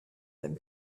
them